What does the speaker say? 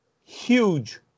huge